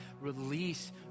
Release